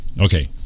Okay